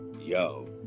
Yo